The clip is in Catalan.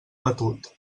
batut